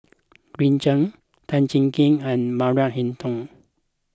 Green Zeng Tan Jiak Kim and Maria Hertogh